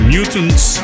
Mutants